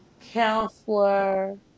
Counselor